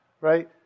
Right